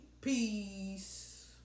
Peace